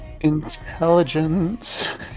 Intelligence